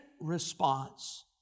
response